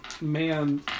Man